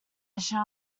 shall